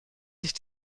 sich